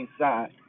inside